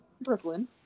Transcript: Brooklyn